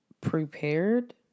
prepared